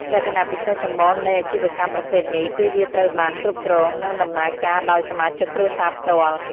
លក្ខណៈពិសេសចម្បងនៃអាជីវកម្មប្រភេទនេះគឺវាត្រូវបាន គ្រប់គ្រងនិងដំណើរការដោយសមាជិកគ្រួសារផ្ទាល់។